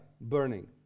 burning